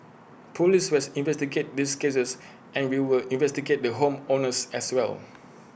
Police will investigate these cases and we'll investigate the home owners as well